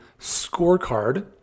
scorecard